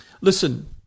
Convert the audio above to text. Listen